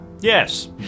Yes